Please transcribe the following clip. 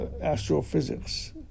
astrophysics